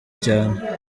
cyane